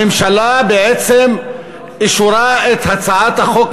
הממשלה בעצם אישרה את הצעת החוק,